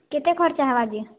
କେତେ ଖର୍ଚ୍ଚା ହବା ଯେ